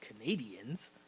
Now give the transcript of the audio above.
Canadians